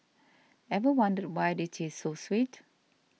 ever wondered why they taste so sweet